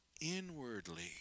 inwardly